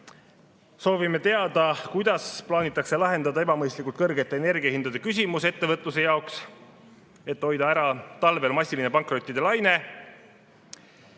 Soovime teada, kuidas plaanitakse lahendada ebamõistlikult kõrgete energiahindade küsimus ettevõtluse jaoks, et hoida ära talvel massiline pankrottide laine.